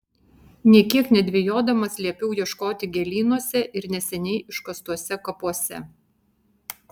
nė kiek nedvejodamas liepiau ieškoti gėlynuose ir neseniai iškastuose kapuose